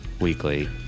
weekly